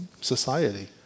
society